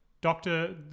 doctor